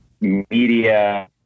media